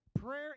Prayer